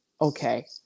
okay